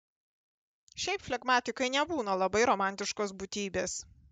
šiaip flegmatikai nebūna labai romantiškos būtybės